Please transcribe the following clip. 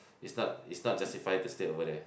is not is not justify to stay over there